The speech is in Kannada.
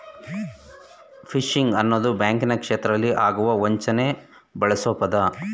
ಫಿಶಿಂಗ್ ಅನ್ನೋದು ಬ್ಯಾಂಕಿನ ಕ್ಷೇತ್ರದಲ್ಲಿ ಆಗುವ ವಂಚನೆಗೆ ಬಳ್ಸೊ ಪದ